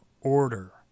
order